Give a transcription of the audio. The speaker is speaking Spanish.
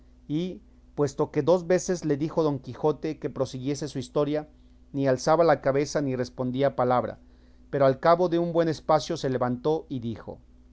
y puesto que dos veces le dijo don quijote que prosiguiese su historia ni alzaba la cabeza ni respondía palabra pero al cabo de un buen espacio la levantó y dijo